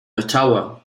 ottawa